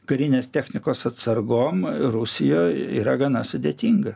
karinės technikos atsargom rusijoj yra gana sudėtinga